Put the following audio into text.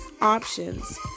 options